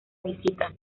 visita